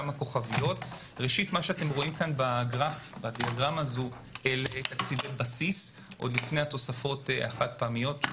מה שרואים בגרף אלה תקציבי בסיס עוד לפני התוספות החד פעמיות.